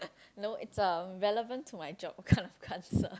no it's a relevant to my job what kind of card sir